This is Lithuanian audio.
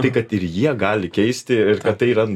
tai kad ir jie gali keisti ir kad tai yra